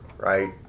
Right